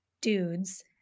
dudes